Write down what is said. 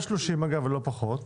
אגב, למה 30 ימים ולא פחות?